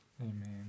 Amen